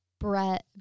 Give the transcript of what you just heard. Brett